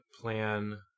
plan